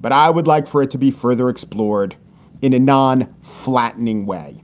but i would like for it to be further explored in a non flattening way